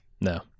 no